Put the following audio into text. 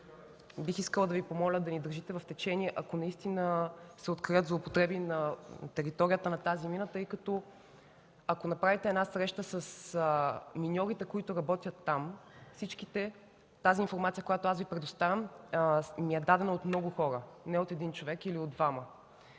Бих искала да Ви помоля да ни държите в течение, ако наистина се открият злоупотреби на територията на тази мина, тъй като, ако направите среща с миньорите, които работят там, тази информация, която аз Ви предоставям, ми е дадена от много хора, не от един човек или от двама.